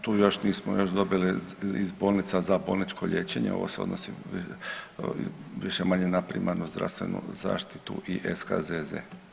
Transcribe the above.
Tu još nismo još dobili iz bolnica za bolničko liječenje, ovo se odnosi više-manje na primarnu zdravstvenu zaštitu i SKZZ.